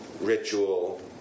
ritual